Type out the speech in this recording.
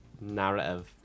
narrative